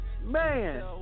Man